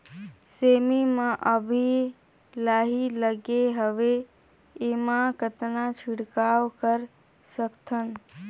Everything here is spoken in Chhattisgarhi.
सेमी म अभी लाही लगे हवे एमा कतना छिड़काव कर सकथन?